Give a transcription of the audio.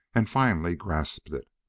and finally grasped it.